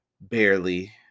barely